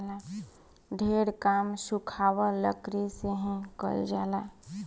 ढेर काम सुखावल लकड़ी से ही कईल जाला